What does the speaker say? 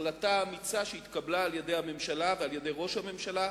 החלטה אמיצה שהתקבלה על-ידי הממשלה ועל-ידי ראש הממשלה,